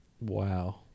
Wow